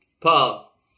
Paul